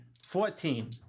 Fourteen